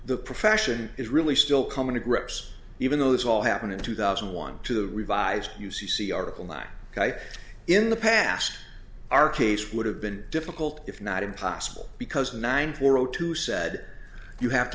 the profession is really still coming to grips even though this all happened in two thousand and one two revised u c c article lack guy in the past our case would have been difficult if not impossible because nine four o two said you have to